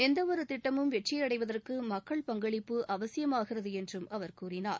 எந்தவொரு திட்டமும் வெற்றி அடைவதற்கு மக்கள் பங்களிப்பு அவசியமாகிறது என்றும் அவர் கூறினார்